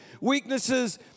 weaknesses